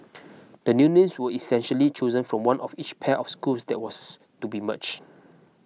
the new names were essentially chosen from one of each pair of schools that was to be merge